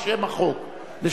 לשם החוק.